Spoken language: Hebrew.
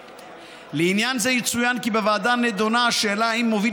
לעניין זה יצוין כי בוועדה נדונה השאלה אם מוביל